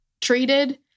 treated